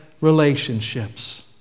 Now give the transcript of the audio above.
relationships